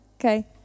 okay